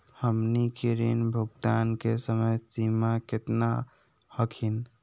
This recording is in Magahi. हमनी के ऋण भुगतान के समय सीमा केतना हखिन?